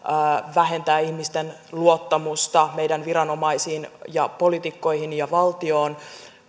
vähentävät ihmisten luottamusta meidän viranomaisiin ja poliitikkoihin ja valtioon